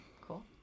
Cool